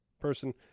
person